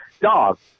Dog